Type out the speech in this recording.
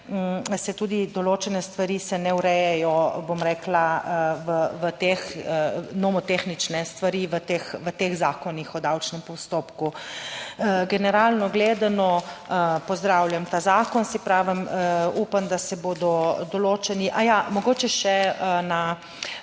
se tudi določene stvari se ne urejajo bom rekla v teh, nomotehnične stvari v teh Zakonih o davčnem postopku. Generalno gledano pozdravljam ta zakon, saj pravim, upam, da se bodo določeni... Aja, mogoče še na